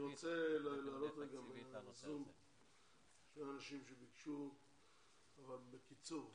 יש אנשים שנמצאים ב-זום וביקשו להתייחס.